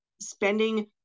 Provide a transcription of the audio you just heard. spending